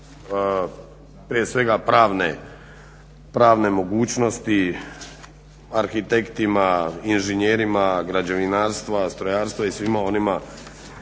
prije svega pravne mogućnosti arhitektima, inženjerima građevinarstva, strojarstva i svima onima